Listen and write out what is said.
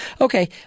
Okay